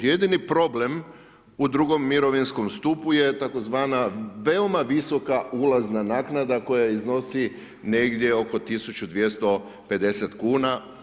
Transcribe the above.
Jedini problem u drugom mirovinskom stupu je tzv. veoma visoka ulazna naknada koja iznosi negdje oko 1250 kuna.